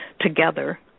Together